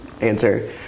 answer